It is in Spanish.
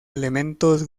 elementos